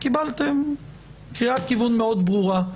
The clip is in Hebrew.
קיבלתם קריאת כיוון מאוד ברורה,